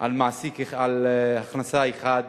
על הכנסה אחת,